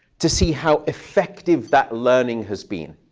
to see how effective that learning has been.